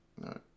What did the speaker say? no